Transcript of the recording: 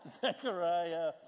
Zechariah